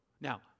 Now